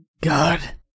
god